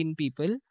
people